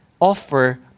offer